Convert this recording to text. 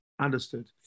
Understood